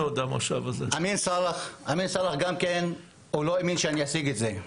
אמין סלאח לא האמין שאני אשיג את זה.